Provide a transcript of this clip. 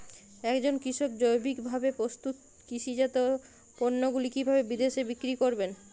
একজন কৃষক জৈবিকভাবে প্রস্তুত কৃষিজাত পণ্যগুলি কিভাবে বিদেশে বিক্রি করবেন?